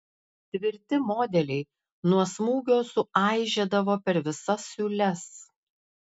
tvirti modeliai nuo smūgio suaižėdavo per visas siūles